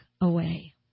away